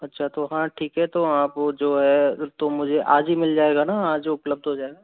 अच्छा तो हाँ ठीक है तो आप जो है तो मुझे आज ही मिल जाएगा ना आज उपलब्ध हो जाएगा